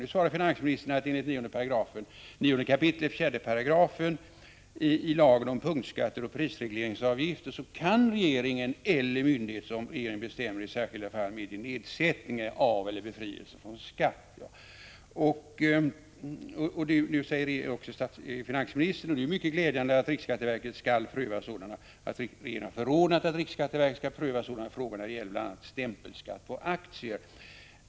Nu svarar finansministern, att enligt 9 kap. 4 §ilagen om punktskatter och prisregleringsavgifter kan regeringen eller myndighet som regeringen bestämmer, i särskilda fall och om synnerliga skäl föreligger, medge nedsättning av eller befrielse från skatt. Finansministern säger också, att riksskatteverket skall pröva sådana frågor när det gäller stämpelskatt på aktier.